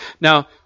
Now